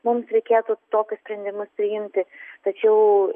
mums reikėtų tokius sprendimus priimti tačiau